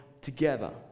together